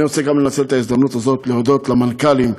אני רוצה לנצל את ההזדמנות הזאת ולהודות גם למנכ"לים,